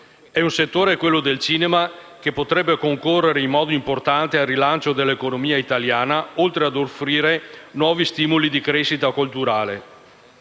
È un settore, quello del cinema, che potrebbe concorrere in modo importante al rilancio dell'economia italiana, oltre a offrire nuovi stimoli di crescita culturale.